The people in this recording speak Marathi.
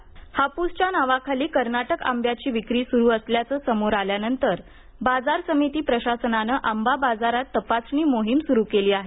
आंबे फसवणूक हाप्सच्या नावाखाली कर्नाटक आंब्याची विक्री सुरू असल्याचं समोर आल्यानंतर बाजार समिती प्रशासनानं आंबा बाजारात तपासणी मोहीम सुरू केली आहे